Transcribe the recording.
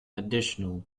additional